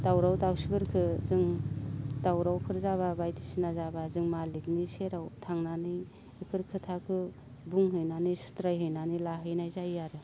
दावराव दावसिफोरखो जों दावरावफोर जाब्ला बायदिसिना जाब्ला जों मालिखनि सेराव थांनानै इफोर खोथाखौ बुंहैनानै सुद्रायहैनानै लाहैनाय जायो आरो